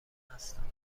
هستند